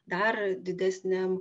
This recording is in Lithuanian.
dar didesniam